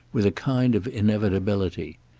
with a kind of inevitability.